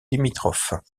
limitrophes